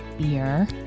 beer